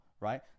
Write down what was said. right